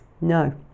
no